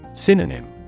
Synonym